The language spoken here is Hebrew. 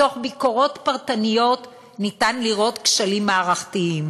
מתוך ביקורות פרטניות ניתן לראות כשלים מערכתיים,